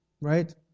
right